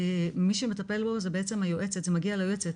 מי שמטפל בו זו בעצם שהיועצת, זה מגיע ליועצת.